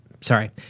Sorry